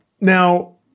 now